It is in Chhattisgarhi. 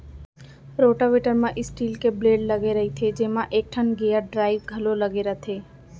रोटावेटर म स्टील के ब्लेड लगे रइथे जेमा एकठन गेयर ड्राइव घलौ लगे रथे